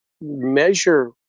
measure